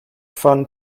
von